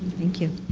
thank you.